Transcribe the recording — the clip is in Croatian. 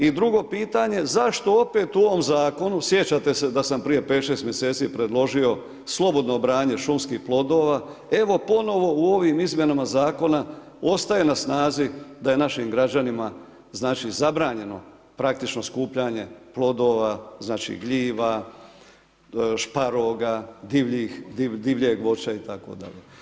I drugo pitanje, zašto opet u ovom zakonu, sjećate se da sam prije 5, 6 mjeseci predložio slobodno branje šumskih plodova, evo ponovno u ovim izmjenama zakona ostaje na snazi da je naših građanima zabranjeno praktično skupljanje plodova, gljiva, šparoga, divljeg voća itd.